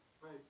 right